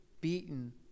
beaten